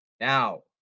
Now